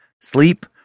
Sleep